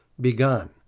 begun